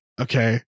okay